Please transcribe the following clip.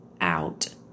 out